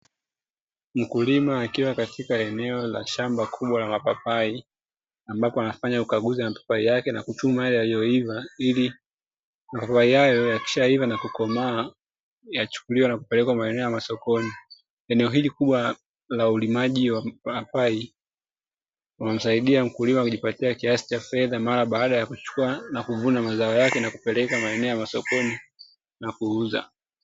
Mkulima akiwa katika shamba kubwa la mapapai, ambako anafanya ukaguzi wa mapapai yake nakuchuma Yale yaliyo iva ili mapapai hayo yakishaiva na kukomaa. Yachukuliwe na kupelekwa maeneneo ya masokoni. Eneo hili kubwa la ulimaji wa mpapai unamsaidia mkulima kujipatia kiasi Cha fedha mara baada ya kuchukua nakuvuna na kupeleka sokoni na kuuza.